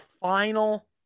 final